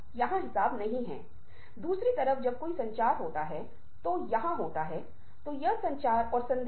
तो मूल रूप से क्या हो रहा है कि लोग अपने विचारों को व्यक्त करने में तीव्र रुचि रखते हैं हम खुद पर केंद्रित हैं हम चाहते हैं कि हमारी आवाज सुनी जाए